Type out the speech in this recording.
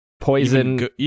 Poison